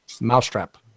mousetrap